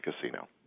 Casino